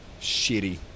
shitty